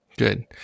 Good